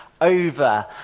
over